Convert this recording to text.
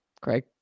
Craig